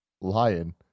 lion